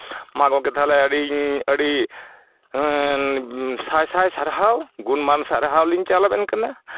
ᱢᱟ ᱜᱚᱢᱠᱮ ᱛᱟᱦᱚᱞᱮ ᱟᱹᱰᱤ ᱟᱹᱰᱤ ᱥᱟᱭ ᱥᱟᱭ ᱥᱟᱨᱦᱟᱣ ᱜᱩᱱᱢᱟᱱ ᱥᱟᱨᱦᱟᱣ ᱞᱤᱧ ᱪᱟᱞ ᱟᱵᱮᱱ ᱠᱟᱱᱟ